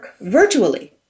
virtually